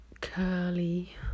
curly